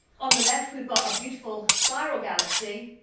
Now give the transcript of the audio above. on the left we've got a beautiful spiral galaxy.